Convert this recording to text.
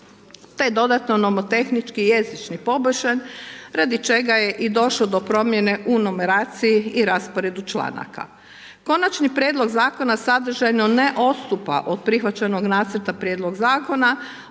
te dodatno nomotehnički jezični poboljšan radi čega je i došlo do promjene u numeraciji i rasporedu članaka. Konačni prijedlog zakona sadržajno ne odstupa od prihvaćenog nacrta prijedloga zakona